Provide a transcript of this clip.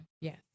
Yes